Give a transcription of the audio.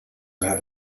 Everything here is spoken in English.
have